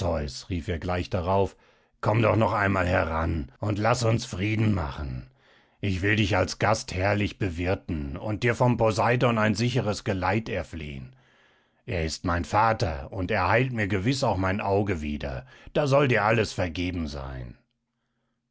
rief er gleich darauf komm doch noch einmal heran und laß uns frieden machen ich will dich als gast herrlich bewirten und dir vom poseidon ein sicheres geleit erflehen er ist mein vater und er heilt mir gewiß auch mein auge wieder da soll dir alles vergeben sein